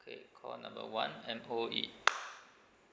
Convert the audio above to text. okay call number one M_O_E